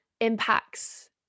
impacts